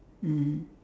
mm